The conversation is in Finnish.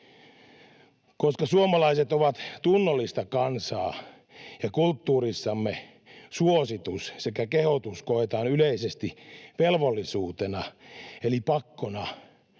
Koska suomalaiset ovat tunnollista kansaa ja kulttuurissamme suositus sekä kehotus koetaan yleisesti velvollisuutena eli pakkona,